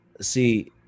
See